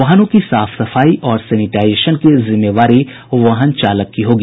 वाहनों की साफ सफाई और सैनिटाइजेशन की जिम्मेवारी वाहन चालक की होगी